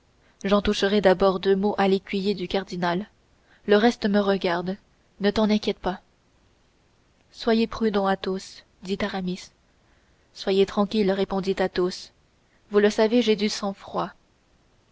j'en toucherai d'abord deux mots à l'écuyer du cardinal le reste me regarde ne vous en inquiétez pas soyez prudent athos dit aramis soyez tranquille répondit athos vous le savez j'ai du sangfroid